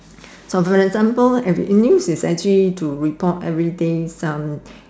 for example the news is actually to report everyday some